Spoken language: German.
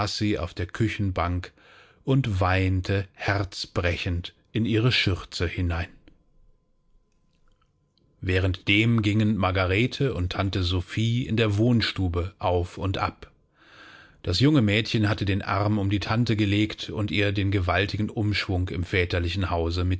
auf der küchenbank und weinte herzbrechend in ihre schürze hinein währenddem gingen margarete und tante sophie in der wohnstube auf und ab das junge mädchen hatte den arm um die tante gelegt und ihr den gewaltigen umschwung im väterlichen hause